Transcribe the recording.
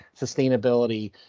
sustainability